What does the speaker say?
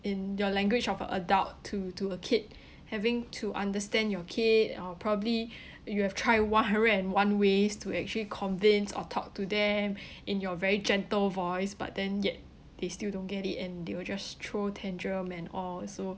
in your language of a adult to to a kid having to understand your kid or probably you have try one hundred and one ways to actually convince or talk to them in your very gentle voice but then yet they still don't get it and they will just throw tantrum and all so